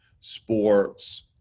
sports